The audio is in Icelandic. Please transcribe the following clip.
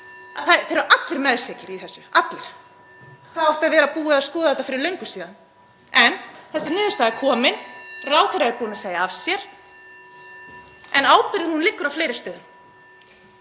þeir eru allir meðsekir í þessu, allir. Það átti að vera búið að skoða þetta fyrir löngu síðan. (Forseti hringir.) En þessi niðurstaða er komin. Ráðherra er búinn að segja af sér en ábyrgðin liggur á fleiri stöðum.